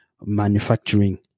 manufacturing